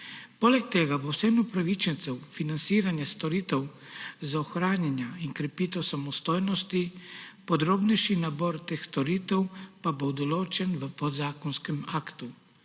Poleg tega bo vsem upravičencem financiranje storitev za ohranjanje in krepitev samostojnosti, podrobnejši nabor teh storitev pa bo določen v podzakonskem aktu.